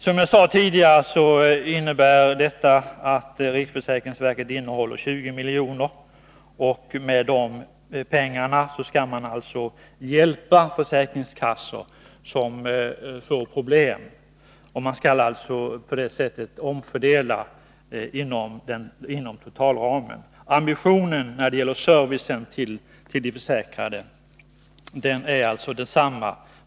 Som jag tidigare sade innebär detta att riksförsäkringsverket håller inne 20 milj.kr. För de pengarna skall man hjälpa försäkringskassor som får problem och på det sättet göra en omfördelning inom totalramen. Ambitionen när det gäller att ge service till de försäkrade är densamma.